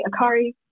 Akari